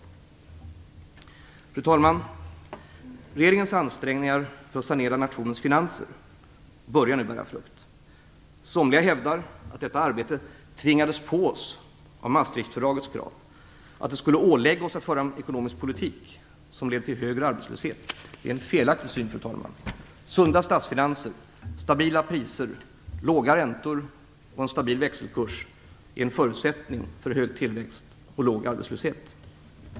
Fru talman! Regeringens ansträngningar för att sanera nationens finanser börjar nu bära frukt. Somliga hävdar att detta arbete tvingades på oss av Maastrichtfördragets krav, att detta skulle ålägga oss att föra en ekonomisk politik som leder till högre arbetslöshet. Det är en felaktig syn, fru talman. Sunda statsfinanser, stabila priser, låga räntor och en stabil växelkurs är en förutsättning för hög tillväxt och låg arbetslöshet.